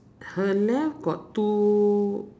her left got two